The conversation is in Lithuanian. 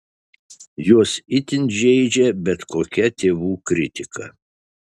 juos itin žeidžia bet kokia tėvų kritika